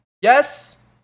Yes